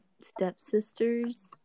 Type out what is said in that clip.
stepsisters